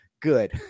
good